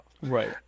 Right